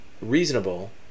reasonable